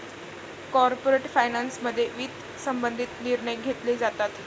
corporate फायनान्समध्ये वित्त संबंधित निर्णय घेतले जातात